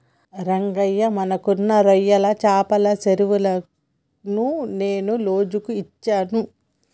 రంగయ్య మనకున్న రొయ్యల చెపల చెరువులను నేను లోజుకు ఇచ్చాను